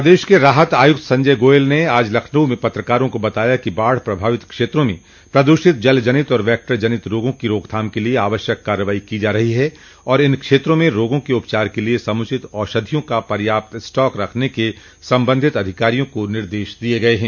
प्रदेश के राहत आयुक्त संजय गोयल ने आज लखनऊ में पत्राकारों को बताया कि बाढ़ प्रभावित क्षेत्रों में प्रदूषित जलजनित और वेक्टर जनित रोगों की रोकथाम के लिए आवश्यक कार्यवाही की जा रही है और इन क्षेत्रों में रोगों के उपचार के लिए समुचित औषधियों का पर्याप्त स्टॉक रखने के सम्बन्धित अधिकारियों को निर्देश दिये गये हैं